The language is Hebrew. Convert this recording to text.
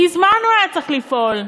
מזמן הוא היה צריך לפעול.